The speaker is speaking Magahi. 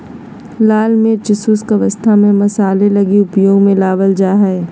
लाल मिर्च शुष्क अवस्था में मसाले लगी उपयोग में लाबल जा हइ